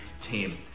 team